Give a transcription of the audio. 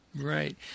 Right